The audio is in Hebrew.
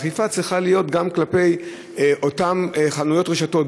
האכיפה צריכה להיות גם כלפי אותן חנויות ורשתות.